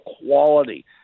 quality